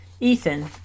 Ethan